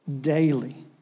daily